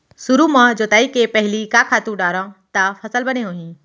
सुरु म जोताई के पहिली का खातू डारव त फसल बने होही?